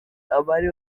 abari